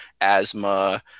asthma